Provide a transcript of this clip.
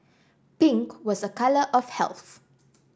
pink was a colour of health